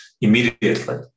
immediately